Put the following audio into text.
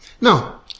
Now